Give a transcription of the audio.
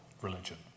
religion